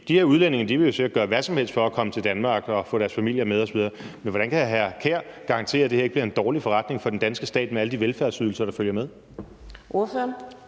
de her udlændinge vil jo sikkert gøre hvad som helst for at komme til Danmark og få deres familie med osv., men hvordan kan hr. Kasper Sand Kjær garantere, at det her ikke bliver en dårlig forretning for den danske stat med alle de velfærdsydelser, der følger med?